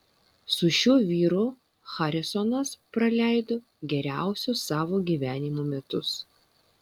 su šiuo vyru harisonas praleido geriausius savo gyvenimo metus